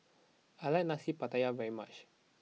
I like Nasi Pattaya very much